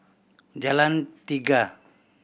Jalan Tiga